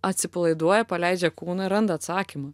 atsipalaiduoja paleidžia kūną randa atsakymą